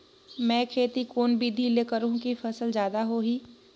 मै खेती कोन बिधी ल करहु कि फसल जादा होही